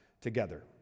together